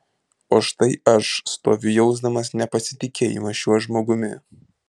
o štai aš stoviu jausdamas nepasitikėjimą šiuo žmogumi